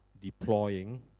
deploying